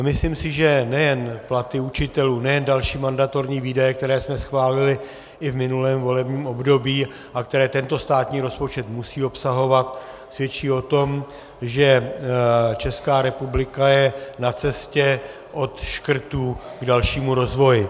Myslím si, že nejen platy učitelů, nejen další mandatorní výdaje, které jsme schválili i v minulém volebním období a které tento státní rozpočet musí obsahovat, svědčí o tom, že Česká republika je na cestě od škrtů k dalšímu rozvoji.